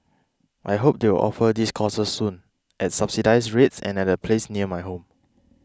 I hope they will offer these courses soon at subsidised rates and at a place near my home